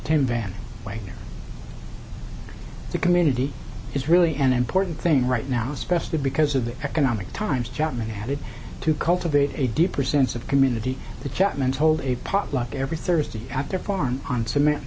ten van way to community is really an important thing right now especially because of the economic times jackman had it to cultivate a deeper sense of community the chapman told a potluck every thursday after farm on cement